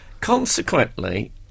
Consequently